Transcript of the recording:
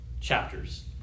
chapters